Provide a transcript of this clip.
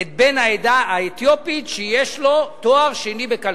יש להעדיף את בן העדה האתיופית שיש לו תואר שני בכלכלה.